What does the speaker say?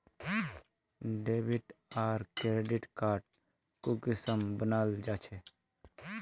Debit आर credit card कुंसम बनाल जाहा?